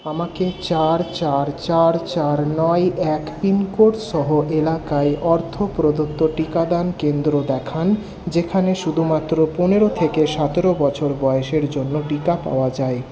আমাকে চার চার চার চার নয় এক পিনকোড সহ এলাকায় অর্থপ্রদত্ত টিকাদান কেন্দ্র দেখান যেখানে শুধুমাত্র পনেরো থেকে সতেরো বছর বয়সের জন্য টিকা পাওয়া যায়